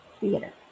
theater